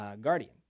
guardian